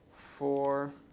four,